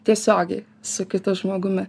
tiesiogiai su kitu žmogumi